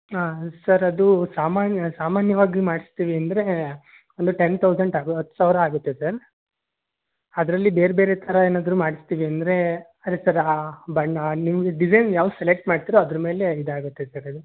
ಹಾಂ ಸರ್ ಅದು ಸಾಮಾನ್ಯ ಸಾಮಾನ್ಯವಾಗಿ ಮಾಡ್ಸ್ತೀವಿ ಅಂದರೆ ಒಂದು ಟೆನ್ ಥೌಸಂಡ್ ಆಗು ಹತ್ತು ಸಾವಿರ ಆಗುತ್ತೆ ಸರ್ ಅದರಲ್ಲಿ ಬೇರೆ ಬೇರೆ ಥರ ಏನಾದರೂ ಮಾಡ್ಸ್ತೀವಿ ಅಂದರೆ ಅದೇ ಸರ್ ಬಣ್ಣ ನಿಮಗೆ ಡಿಸೈನ್ ಯಾವುದು ಸೆಲೆಕ್ಟ್ ಮಾಡ್ತೀರೋ ಅದರ ಮೇಲೆ ಇದಾಗುತ್ತೆ ಸರ್ ಅದು